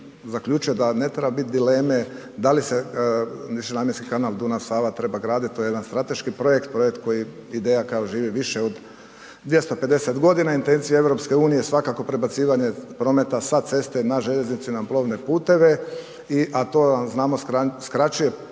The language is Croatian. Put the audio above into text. zaključio da ne treba biti dileme da li se višenamjenski kanal Dunav-Sava treba graditi. To je jedan strateški projekt, projekt koji, ideja kao živi više od 250 godina, intencija EU je svakako prebacivanje prometa sa ceste na željeznice i na plovne puteve, a to nam znamo skraćuje